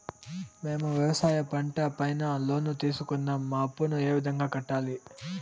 మేము వ్యవసాయ పంట పైన లోను తీసుకున్నాం నా అప్పును ఏ విధంగా కట్టాలి